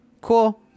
cool